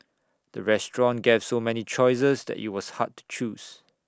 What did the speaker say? the restaurant gave so many choices that IT was hard to choose